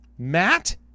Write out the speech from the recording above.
Matt